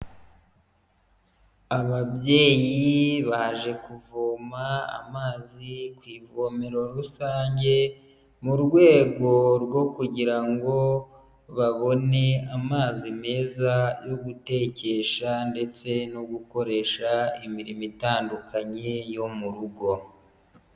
Ababyeyi baje kuvoma amazi kw’ivomero rusange mu rwego rwo kugira ngo babone amazi meza yo gutekesha ndetse no gukoresha imirimo itandukanye yo mu rugo.